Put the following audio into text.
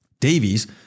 Davies